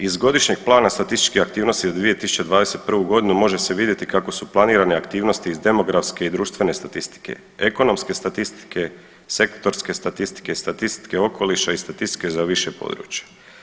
Iz Godišnjeg plana statističkih aktivnosti za 2021.g. može se vidjeti kako su planirane aktivnosti iz demografske i društvene statistike, ekonomske statistike, sektorske statistike, statistike okoliša i statistike za više područja.